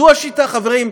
זו השיטה, חברים.